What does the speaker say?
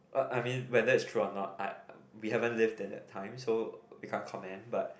but I mean whether it's true or not I we haven't lived in that time so we can't comment but